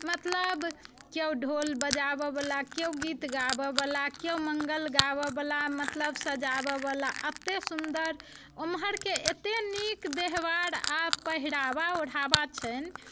मतलब केओ ढोल बजाबऽ बला केओ गीत गाबऽ बला केओ मङ्गल गाबऽ बला मतलब सजाबऽ बला एतेक सुंदर ओम्हरके एतेक नीक व्यवहार आ पहिरावा ओढ़ावा छनि